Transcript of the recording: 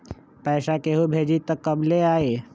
पैसा केहु भेजी त कब ले आई?